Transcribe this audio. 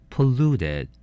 Polluted